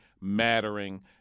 mattering